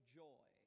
joy